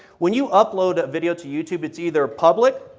when you upload a video to youtube it is either public,